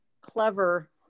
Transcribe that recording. clever